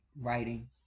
writing